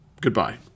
goodbye